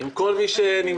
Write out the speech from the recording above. עם כל מי שנמצא.